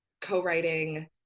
co-writing